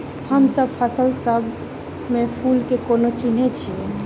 हमसब फसल सब मे फूल केँ कोना चिन्है छी?